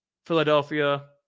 Philadelphia